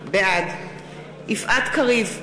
בעד יפעת קריב,